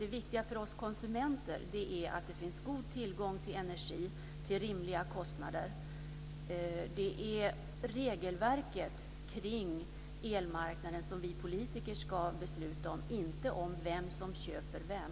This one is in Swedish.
Det viktiga för oss konsumenter är att det finns god tillgång till energi till rimliga kostnader. Det är regelverket kring elmarknaden som vi politiker ska besluta om, inte om vem som köper vem.